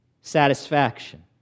satisfaction